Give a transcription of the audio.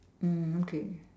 mm okay